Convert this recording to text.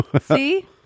See